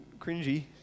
cringy